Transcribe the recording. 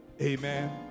Amen